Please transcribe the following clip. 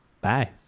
Bye